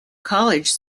college